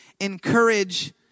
encourage